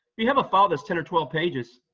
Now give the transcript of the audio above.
you have a file that's ten or twelve pages,